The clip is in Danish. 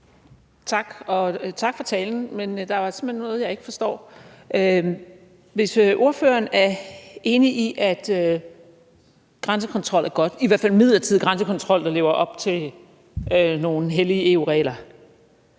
tak for talen. Men der er simpelt hen noget, jeg ikke forstår. Hvis ordføreren er enig i, at grænsekontrol er godt – i hvert fald midlertidig grænsekontrol, der lever op til nogle hellige EU-regler